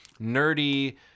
nerdy